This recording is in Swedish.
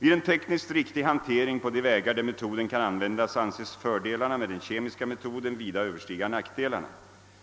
Vid en tekniskt riktig hantering på de vägar där metoden kan användas anses fördelarna med den kemiska metoden vida överstiga nackdelarna.